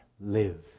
live